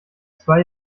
zwei